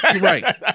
right